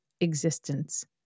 existence